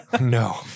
No